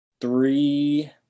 three